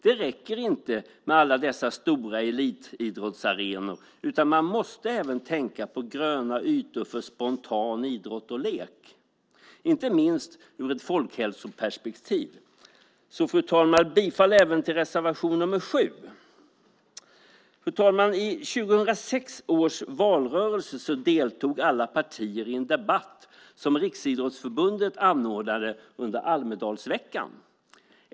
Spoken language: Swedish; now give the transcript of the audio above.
Det räcker inte med alla dessa stora elitidrottsarenor, utan man måste även tänka på gröna ytor för spontan idrott och lek, inte minst ur ett folkhälsoperspektiv. Fru talman! Jag yrkar bifall även till reservation nr 7. Fru talman! I 2006 års valrörelse deltog alla partier i en debatt som Riksidrottsförbundet anordnade under Almedalsveckan.